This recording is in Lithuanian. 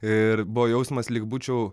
ir buvo jausmas lyg būčiau